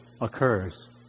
occurs